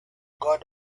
god